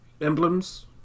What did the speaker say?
emblems